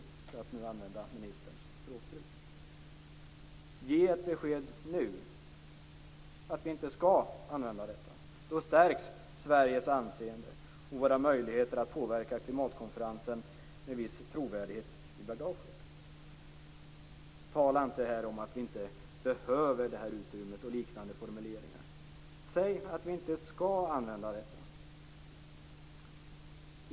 Detta var ministerns språkbruk. Ge ett besked nu att vi inte skall använda detta! Då stärks Sveriges anseende och våra möjligheter att påverka klimatkonferensen med en viss trovärdighet i bagaget. Tala inte här om att vi inte behöver det här utrymmet och liknande formuleringar. Säg att vi inte skall använda detta!